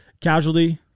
casualty